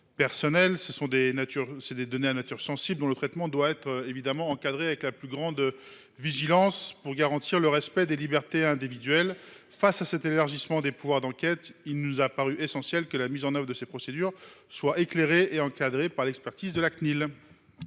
personnelles, données de nature sensible dont le traitement doit être défini avec la plus grande vigilance pour garantir le respect des libertés individuelles. Face à cet élargissement des pouvoirs d’enquête, il nous a paru essentiel que la mise en œuvre de ces procédures soit éclairée et encadrée par l’expertise de la Cnil.